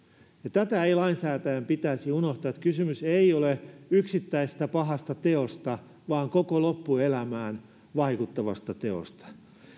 tätä ei lainsäätäjän pitäisi unohtaa että kysymys ei ole yksittäisestä pahasta teosta vaan koko loppuelämään vaikuttavasta teosta